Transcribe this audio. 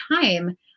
time